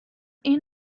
این